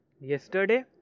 yesterday